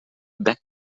back